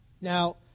Now